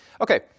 Okay